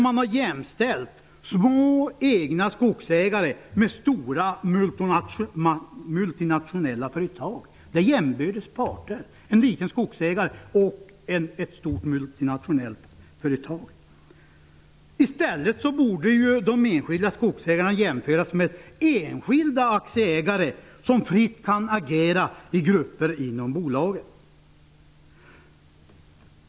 Man har jämställt små enskilda skogsägare med stora multinationella företag. En liten skogsägare och ett stort multinationellt företag är jämbördes parter. I stället borde de enskilda skogsägarna jämföras med enskilda aktieägare som fritt kan agera i grupper inom bolaget.